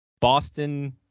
Boston